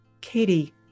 Katie